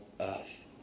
earth